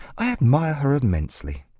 i admire her immensely.